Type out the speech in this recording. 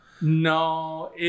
No